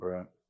Right